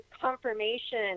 confirmation